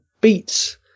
beats